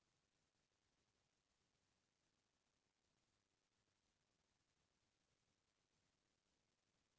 हमन ल अपन खेत म मुनगा, पपीता, केरा असन के पउधा लगाना चाही